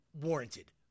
warranted